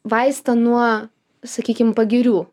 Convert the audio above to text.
vaistą nuo sakykim pagirių